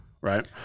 right